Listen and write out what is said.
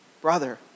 brother